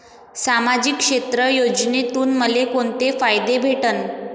सामाजिक क्षेत्र योजनेतून मले कोंते फायदे भेटन?